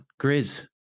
Grizz